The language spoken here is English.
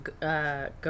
go